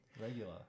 regular